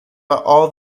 about